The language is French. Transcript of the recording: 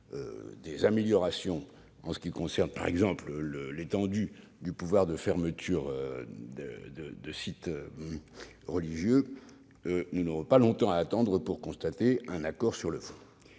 des améliorations en ce qui concerne par exemple l'étendue du pouvoir de fermeture de sites religieux, nous n'aurons pas longtemps à attendre pour constater un accord sur le fond.